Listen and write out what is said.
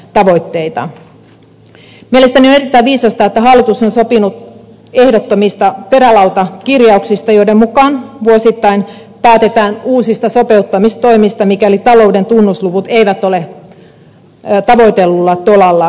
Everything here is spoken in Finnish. mielestäni on erittäin viisasta että hallitus on sopinut ehdottomista perälautakirjauksista joiden mukaan vuosittain päätetään uusista sopeuttamistoimista mikäli talouden tunnusluvut eivät ole tavoitellulla tolalla